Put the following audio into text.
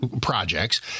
projects